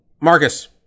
marcus